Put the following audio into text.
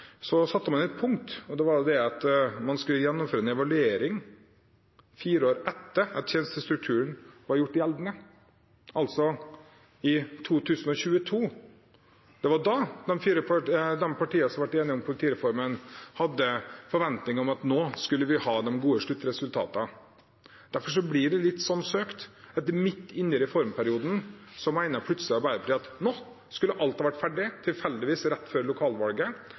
satte man ned et punkt om at man skulle gjennomføre en evaluering fire år etter at tjenestestrukturen var gjort gjeldende, altså i 2022. Det var da de partiene som ble enige om politireformen, hadde en forventning om at vi skulle ha de gode sluttresultatene. Derfor blir det litt søkt at Arbeiderpartiet, midt inne i reformperioden, mener at alt skulle ha vært ferdig: Tilfeldigvis rett før lokalvalget